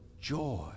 joy